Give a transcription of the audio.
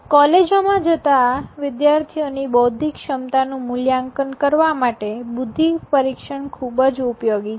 કૉલેજોમાં જતા વિદ્યાર્થીઓની બૌદ્ધિક ક્ષમતા નું મૂલ્યાંકન કરવા માટે બુધ્ધિ પરીક્ષણ ખૂબ જ ઉપયોગી છે